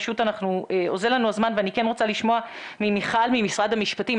פשוט אוזל לנו הזמן ואני כן רוצה לשמוע ממיכל ממשרד המשפטים,